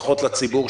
לפחות לציבור,